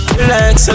Relax